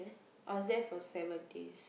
I was there for seven days